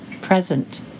present